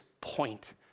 point